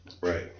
Right